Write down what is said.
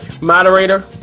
moderator